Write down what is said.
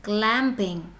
Clamping